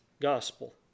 gospel